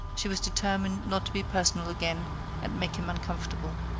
she was determined not to be personal again and make him uncomfortable.